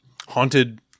Haunted